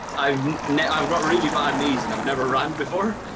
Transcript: i've you know i've got really bad knees and i've never run before.